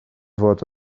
fod